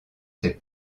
ses